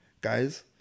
guys